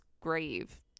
grave